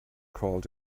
crawled